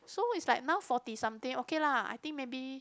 so is like now forty something okay lah I think maybe